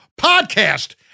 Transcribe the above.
podcast